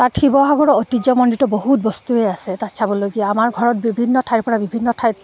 তাত শিৱসাগৰ ঐতিহ্যমণ্ডিত বহুত বস্তুৱেই আছে তাত চাবলগীয়া আমাৰ ঘৰত বিভিন্ন ঠাইৰ পৰা বিভিন্ন ঠাইত